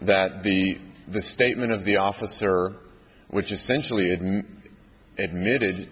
that the the statement of the officer which essentially admitted